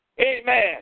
Amen